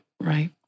right